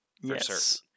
Yes